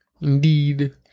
Indeed